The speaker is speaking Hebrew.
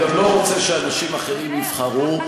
והוא גם לא רוצה שאנשים אחרים יבחרו,